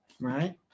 right